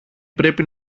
πρέπει